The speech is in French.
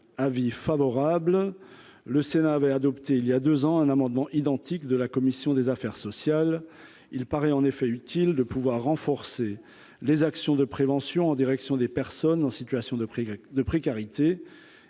avis favorable, le Sénat avait adopté il y a 2 ans, un amendement identique de la commission des affaires sociales, il paraît en effet utile de pouvoir renforcer les actions de prévention en direction des personnes en situation de précarité,